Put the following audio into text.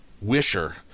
wisher